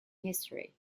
history